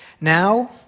Now